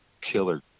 killer